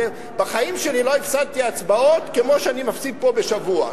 בחיים שלי לא הפסדתי הצבעות כמו שאני מפסיד פה בשבוע.